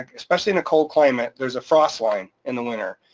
especially in a cold climate, there's a frost line in the winter,